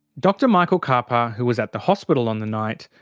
dr michael karpa, who was at the hospital on the night,